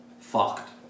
fucked